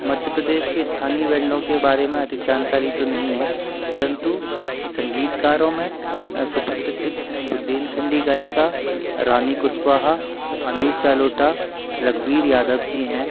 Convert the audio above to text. मध्य प्रदेश के स्थानीय बैंडो के बारे में अधिक जानकारी तो नहीं है परंतु संगीतकारों में सुप्रसिद्ध बुंदेलखंडी गायिका रानी कुशवाहा अनूप जालोटा रघुवीर यादव जी हैं